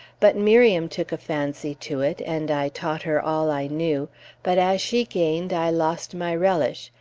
but miriam took a fancy to it, and i taught her all i knew but as she gained, i lost my relish,